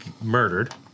murdered